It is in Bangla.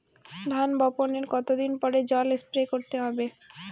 ধান বপনের কতদিন পরে জল স্প্রে করতে হবে?